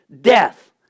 death